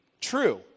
true